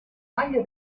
maglia